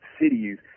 cities